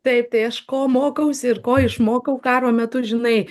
taip tai aš ko mokausi ir ko išmokau karo metu žinai